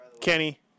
Kenny